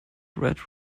red